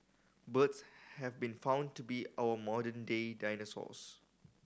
birds have been found to be our modern day dinosaurs